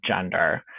gender